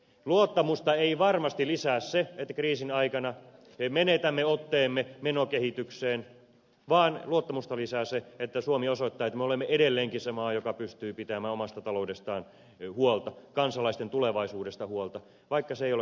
luottamusta ei varmasti lisää se että kriisin aikana me menetämme otteemme menokehitykseen vaan luottamusta lisää se että suomi osoittaa että me olemme edelleenkin se maa joka pystyy pitämään omasta taloudestaan huolta kansalaisten tulevaisuudesta huolta vaikka se ei ole kauhean helppoa